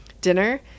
dinner